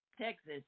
texas